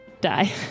die